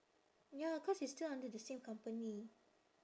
ya cause it's still under the same company